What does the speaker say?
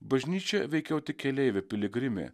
bažnyčia veikiau tik keleivė piligrimė